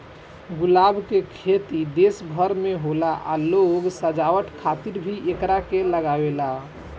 गुलाब के खेती देश भर में होला आ लोग सजावट खातिर भी एकरा के लागावेले